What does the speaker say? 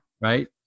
Right